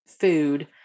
food